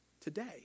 today